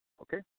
Okay